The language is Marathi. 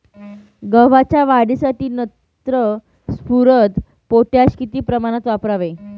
गव्हाच्या वाढीसाठी नत्र, स्फुरद, पोटॅश किती प्रमाणात वापरावे?